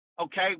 okay